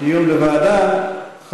דיון בוועדה, דיון בוועדה.